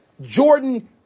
Jordan